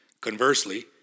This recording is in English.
Conversely